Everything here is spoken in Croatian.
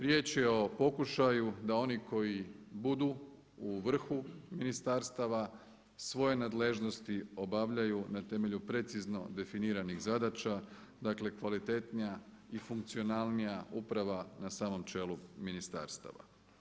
Riječ je o pokušaju da oni koji budu u vrhu ministarstava svoje nadležnosti obavljaju na temelju precizno definiranih zadaća, dakle kvalitetnija i funkcionalnija uprava na samom čelu ministarstava.